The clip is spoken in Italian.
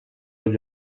gli